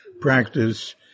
practice